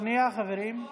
שנייה, חברים.